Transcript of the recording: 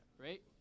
right